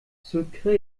sucre